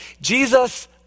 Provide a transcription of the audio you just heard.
Jesus